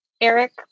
eric